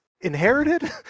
inherited